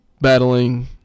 battling